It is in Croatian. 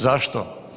Zašto?